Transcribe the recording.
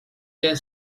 their